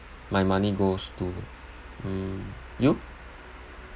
my money goes to um you